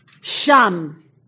Sham